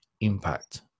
impact